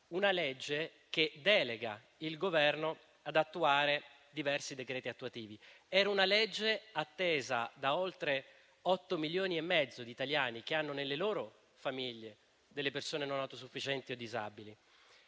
una legge che delega il Governo ad attuare diversi decreti attuativi. Era una legge attesa da oltre 8 milioni e mezzo di italiani che hanno nelle loro famiglie persone non autosufficienti o disabili.